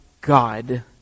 God